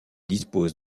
dispose